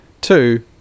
two